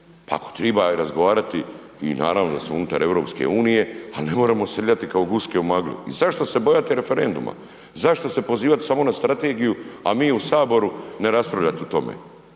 pa ako treba razgovarati i naravno da smo unutar EU-a, ali ne moramo srljati kao guske u maglu i zašto se bojati referenduma, zašto se pozivati samo na strategiju a mi u Saboru ne raspravljati o tome?